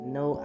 no